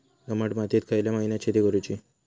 दमट मातयेत खयल्या महिन्यात शेती करुची?